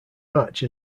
match